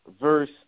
verse